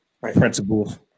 principles